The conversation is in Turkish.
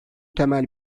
temel